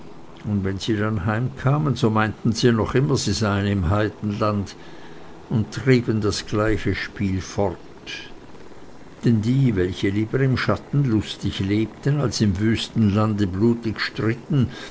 und wenn sie dann heimkamen so meinten sie noch immer sie seien im heidenland und trieben das gleiche leben fort denn die welche lieber im schatten lustig lebten als im wüsten lande blutig stritten